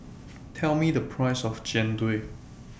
Tell Me The Price of Jian Dui